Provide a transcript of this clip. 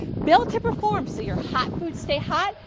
bill to perform. so you're hot food stay hot,